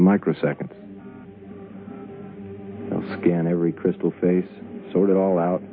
microsecond scan every crystal face sort it all out